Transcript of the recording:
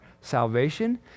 salvation